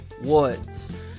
Woods